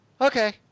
okay